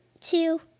two